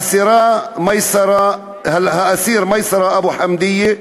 האסיר מייסר אבו חמדייה,